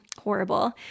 horrible